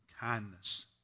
kindness